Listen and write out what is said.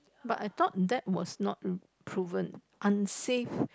but I thought that was not proven unsafe